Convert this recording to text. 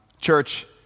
Church